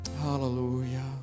Hallelujah